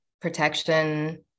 protection